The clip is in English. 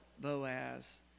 Boaz